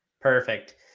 Perfect